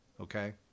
Okay